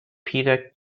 peter